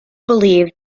believed